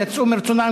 יצאו מרצונם,